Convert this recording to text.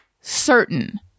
certain